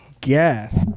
gas